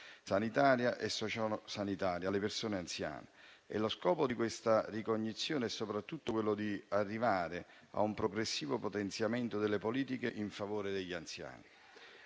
sanitaria e sociosanitaria alle persone anziane. Lo scopo di tale ricognizione è soprattutto quello di arrivare a un progressivo potenziamento delle politiche in favore degli anziani.